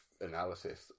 analysis